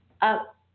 up